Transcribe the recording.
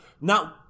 Now